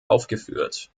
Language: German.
aufgeführt